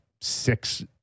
six